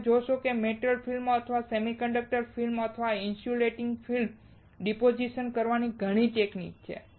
તમે જોશો કે મેટલ ફિલ્મ અથવા સેમિકન્ડક્ટર ફિલ્મ અથવા ઇન્સ્યુલેટીંગ ફિલ્મ ડિપોઝિટ કરવાની ઘણી ટેકનીક છે